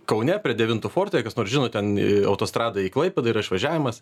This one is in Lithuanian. kaune prie devinto forto jei kas nors žino ten autostrada į klaipėdą yra išvažiavimas